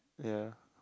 yeah